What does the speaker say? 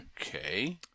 Okay